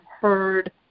heard